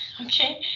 Okay